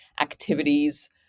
activities